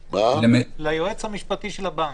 ליועץ המשפטי של הבנק.